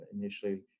initially